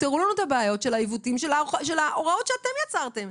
תפתרו לנו את הבעיות של העיוותים של ההוראות שאתם יצרתם.